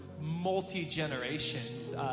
multi-generations